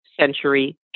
Century